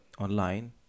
online